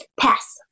Pass